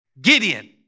Gideon